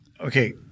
okay